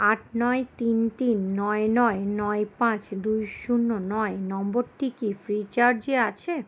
আট নয় তিন তিন নয় নয় নয় পাঁচ দুই শূন্য নয় নম্বরটি কি ফ্রিচার্জে আছে